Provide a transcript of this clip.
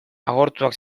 agortuak